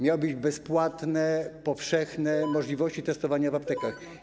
Miały być bezpłatne, powszechne możliwości testowania w aptekach.